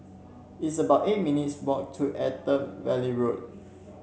it's about eight minutes' walk to Attap Valley Road